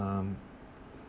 um